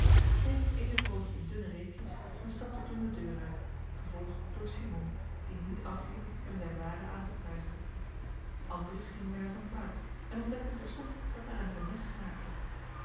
sneed het eene broodje in dunne reepjes en stapte toen de deur uit gevolgd door simon die niet afliet hem zijn waren aan te prijzen andries ging weêr naar zijn plaats en ontdekte terstond dat men aan zijn mes geraakt had